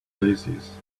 daisies